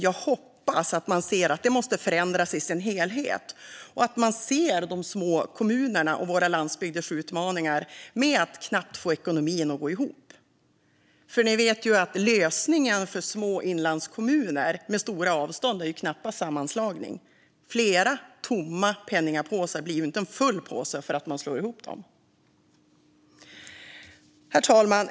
Jag hoppas att man ser att det måste förändras i sin helhet och att man ser de små kommunernas och våra landsbygders utmaningar med att få ekonomin att gå ihop. Vi vet ju att lösningen för små inlandskommuner med stora avstånd knappast är sammanslagning. Flera tomma penningpåsar blir inte en full påse för att man slår ihop dem. Herr talman!